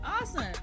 Awesome